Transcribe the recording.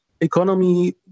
economy